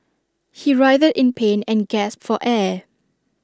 he writhed in pain and gasped for air